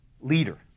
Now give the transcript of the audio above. Leader